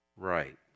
Right